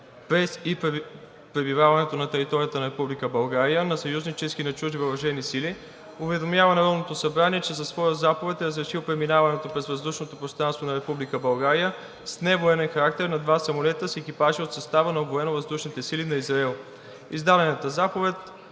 през и пребиваването на територията на Република България на съюзнически и на чужди въоръжени сили уведомява Народното събрание, че със своя заповед е разрешил преминаването през въздушното пространство на Република България с невоенен характер на два самолета с екипажи от състава на Военновъздушните сили на Израел. Издадената заповед